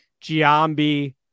Giambi